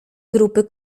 grupy